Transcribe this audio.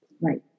right